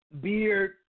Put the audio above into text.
beard